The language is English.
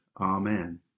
Amen